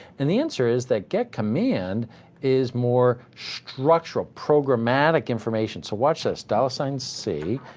and the answer is that get command is more structural, programmatic information. so watch this, dollar sign c.